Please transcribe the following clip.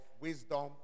wisdom